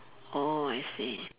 oh I see